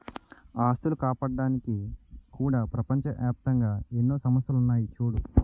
ఆస్తులు కాపాడ్డానికి కూడా ప్రపంచ ఏప్తంగా ఎన్నో సంస్థలున్నాయి చూడూ